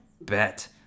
bet